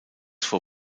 vor